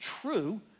true